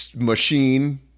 machine